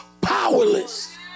powerless